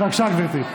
בבקשה, גברתי.